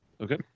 Okay